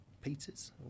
Peters